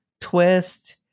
twist